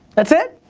that's it.